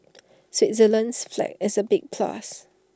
Switzerland's flag is A big plus